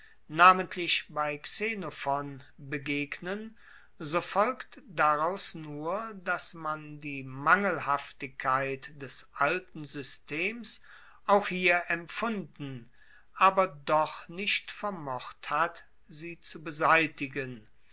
namentlich bei xenophon begegnen so folgt daraus nur dass man die mangelhaftigkeit des alten systems auch hier empfunden aber doch nicht vermocht hat sie zu beseitigen